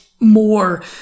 more